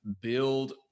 build